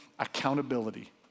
accountability